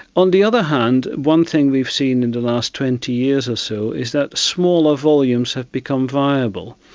on the other hand, one thing we've seen in the last twenty years or so is that smaller volumes have become viable.